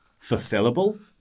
fulfillable